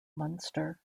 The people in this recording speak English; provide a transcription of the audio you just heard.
munster